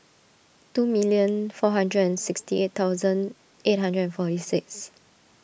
two million four hundred and sixty eight thousand eight hundred and forty six